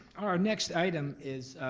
our next item is,